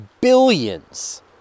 billions